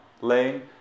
lane